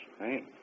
right